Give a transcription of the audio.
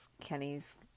Kenny's